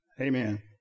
amen